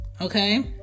okay